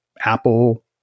Apple